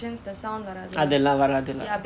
அது எல்லாம் வராது:athu ellaam varathu lah